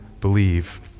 believe